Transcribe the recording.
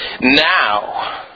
now